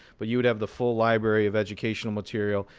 but you would have the full library of educational material,